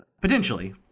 Potentially